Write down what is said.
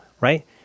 right